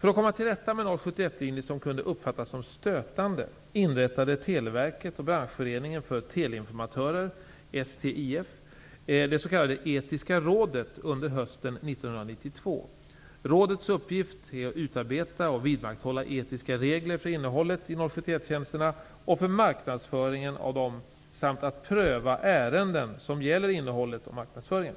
För att komma till rätta med 071-linjer som kunde uppfattas som stötande inrättade Televerket och det s.k. Etiska rådet under hösten 1992. Rådets uppgift är att utarbeta och vidmakthålla etiska regler för innehållet i 071-tjänsterna och för marknadsföringen av dem samt att pröva ärenden som gäller innehållet och marknadsföringen.